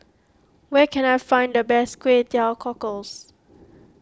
where can I find the best Kway Teow Cockles